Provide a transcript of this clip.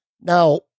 Now